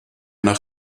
nach